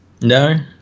No